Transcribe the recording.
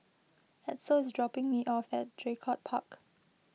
Edsel is dropping me off at Draycott Park